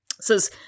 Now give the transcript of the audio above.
says